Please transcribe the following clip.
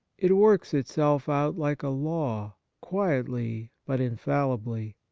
it works itself out like a law, quietly but infallibly.